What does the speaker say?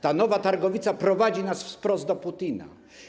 Ta nowa targowica prowadzi nas wprost do Putina.